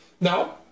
Now